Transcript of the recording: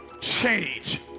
change